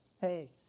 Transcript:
hey